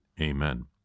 Amen